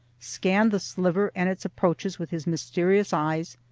scanned the sliver and its approaches with his mysterious eyes,